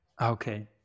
Okay